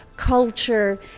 Culture